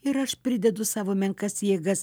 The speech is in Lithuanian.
ir aš pridedu savo menkas jėgas